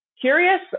curious